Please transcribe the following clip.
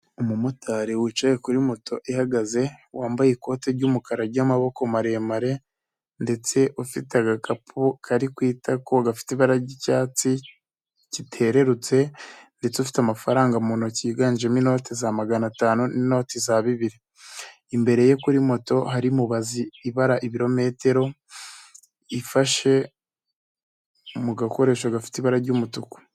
Umumotari wicaye kuri moto ihagaze wambaye ikoti ry'umukara ry'amaboko maremare, ndetse ufite agakapu kari ku itako gafite ibara ry'icyatsi kitererutse, ndetse ufite amafaranga mu ntoki yiganjemo inote za magana atanu n'inoti za bibiri, imbere ye kuri moto hari mubazi ibara ibirometero, ifashe mu gakoresho gafite ibara ry'umutuku.